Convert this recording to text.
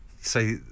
Say